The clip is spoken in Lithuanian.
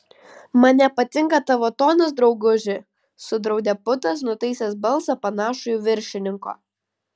man nepatinka tavo tonas drauguži sudraudė putas nutaisęs balsą panašų į viršininko